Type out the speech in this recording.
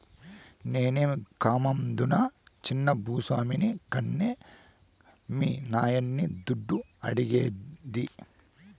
నేనేమీ కామందునా చిన్న భూ స్వామిని కన్కే మీ నాయన్ని దుడ్డు అడిగేది